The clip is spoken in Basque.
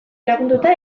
lagunduta